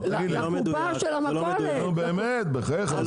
נו באמת, בחייך.